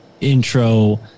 intro